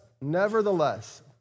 nevertheless